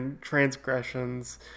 transgressions